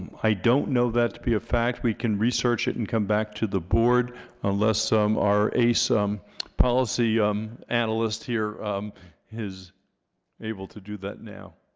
i don't know that to be a fact we can research it and come back to the board unless some are a some policy um analyst here is able to do that now